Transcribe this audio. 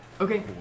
Okay